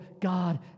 God